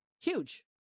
Huge